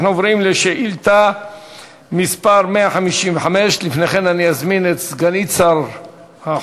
אנחנו עוברים לשאילתה מס' 155. לפני כן אני אזמין את סגנית שר החוץ,